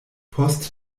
post